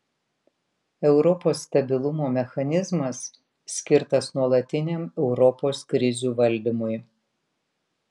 europos stabilumo mechanizmas skirtas nuolatiniam europos krizių valdymui